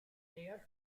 deall